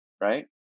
right